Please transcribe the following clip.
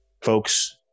Folks